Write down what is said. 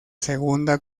segunda